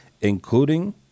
including